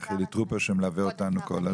לחילי טרופר שמלווה אותנו כל הזמן.